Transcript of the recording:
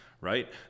right